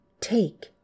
take